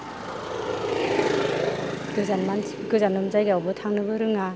गोजान जायगायावबो थांनोबो रोङा